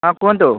ହଁ କୁହନ୍ତୁ